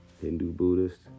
Hindu-Buddhist